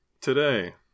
today